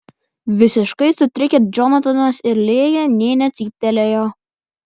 visiškai sutrikę džonatanas ir lėja nė necyptelėjo